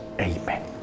Amen